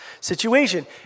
situation